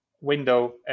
window